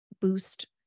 boost